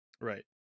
right